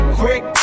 quick